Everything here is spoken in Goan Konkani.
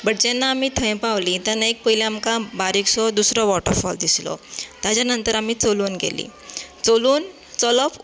बट जेन्ना आमी थंय पावली तेन्ना एक पयलीं आमकां बारीकसो दुसरो वॉटरफॉल दिसलो ताज्या नंतर आमी चलून गेली चलून चलप